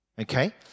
okay